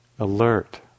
alert